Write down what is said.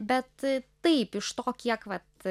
bet taip iš to kiek vat